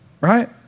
Right